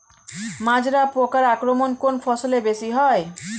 মাজরা পোকার আক্রমণ কোন ফসলে বেশি হয়?